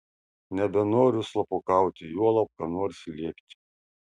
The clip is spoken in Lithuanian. nebenoriu slapukauti juolab ką nors slėpti